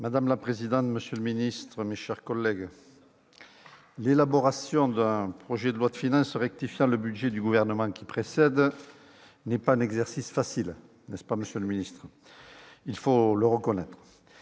Madame la présidente, monsieur le ministre, mes chers collègues, l'élaboration d'un projet de loi de finances rectifiant le budget du gouvernement qui précède n'est pas un exercice facile, il faut le reconnaître.